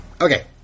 okay